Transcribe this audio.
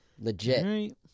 legit